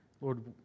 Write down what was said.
Lord